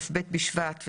כ"ב בשבט,